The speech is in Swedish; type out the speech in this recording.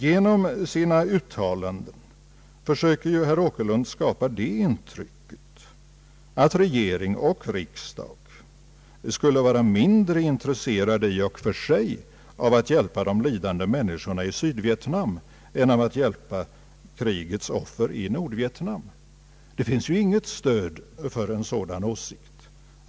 Genom sina uttalanden försöker herr Åkerlund skapa intrycket av att regering och riksdag i och för sig skulle vara mindre intresserade av att hjälpa de lidande människorna i Sydvietnam än att hjälpa krigets offer i Nordvietnam. Det finns inget stöd för en sådan åsikt.